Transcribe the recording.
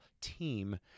team